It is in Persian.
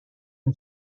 این